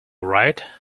right